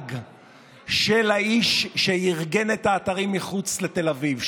הנהג של האיש שארגן את האתרים מחוץ לתל אביב,